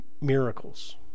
miracles